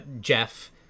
Jeff